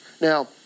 Now